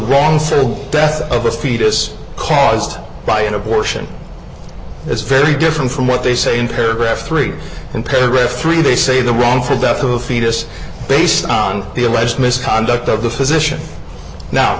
wrongful death of a fetus caused by an abortion is very different from what they say in paragraph three in paragraph three they say the wrongful death of a fetus based on the alleged misconduct of the physician now